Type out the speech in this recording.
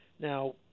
Now